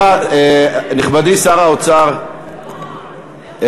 נכבדי שר האוצר,